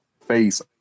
face